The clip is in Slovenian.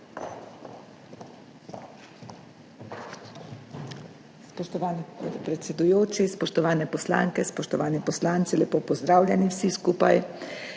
Spoštovani predsedujoči, spoštovane poslanke, spoštovani poslanci, lepo pozdravljeni vsi skupaj!